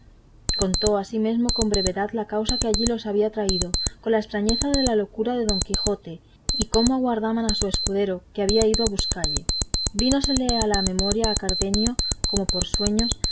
contó asimesmo con brevedad la causa que allí los había traído con la estrañeza de la locura de don quijote y cómo aguardaban a su escudero que había ido a buscalle vínosele a la memoria a cardenio como por sueños